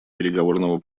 переговорного